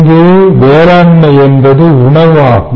இங்கு வேளாண்மை என்பது உணவு ஆகும்